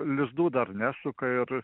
lizdų dar nesuka ir